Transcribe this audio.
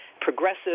progressive